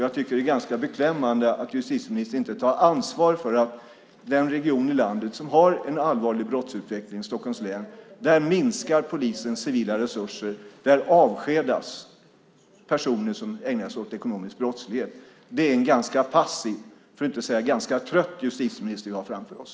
Jag tycker att det är ganska beklämmande att justitieministern inte tar ansvar för den region i landet som har en allvarlig brottsutveckling - Stockholms län - utan där minskar polisens civila resurser, och där avskedas personer som ägnar sig åt ekonomisk brottslighet. Det är en ganska passiv, för att inte säga ganska trött, justitieminister som vi har framför oss.